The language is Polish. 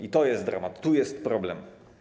I to jest dramat, tu jest problem.